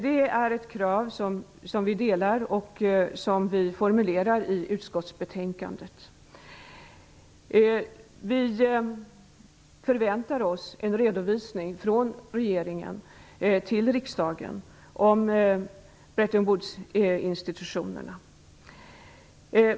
Det är ett krav som vi delar och som vi formulerar i utskottsbetänkandet. Vi förväntar oss en redovisning från regeringen till riksdagen om Bretton Woodsinstitutionerna.